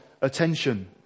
attention